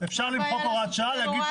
מה הבעיה לעשות הוראת קבע?